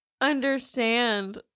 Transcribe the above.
understand